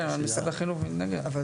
כן, אבל משרד החינוך מתנגד.